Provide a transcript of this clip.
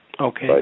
Okay